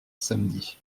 samedi